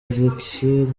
ezechiel